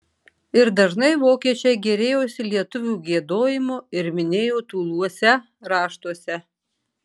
ir dažnai vokiečiai gėrėjosi lietuvių giedojimu ir minėjo tūluose raštuose